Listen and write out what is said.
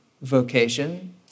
vocation